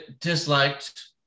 disliked